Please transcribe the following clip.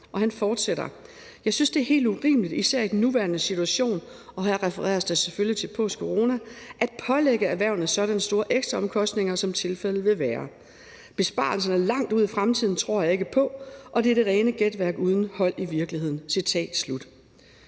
vi kan fortsætte